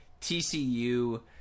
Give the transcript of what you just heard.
TCU